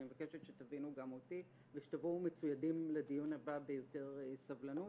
אני מבקשת שתבינו גם אותי ושתבואו מצוידים לדיון הבא ביותר סבלנות.